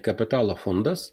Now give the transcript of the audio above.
kapitalo fondas